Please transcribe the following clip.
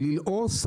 ללעוס,